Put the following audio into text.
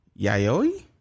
Yayoi